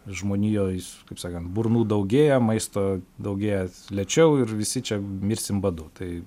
žmonijoj kaip sakant burnų daugėja maisto daugėja lėčiau ir visi čia mirsim badu tai